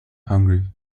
hungry